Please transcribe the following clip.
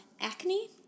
acne